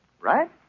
Right